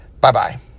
Bye-bye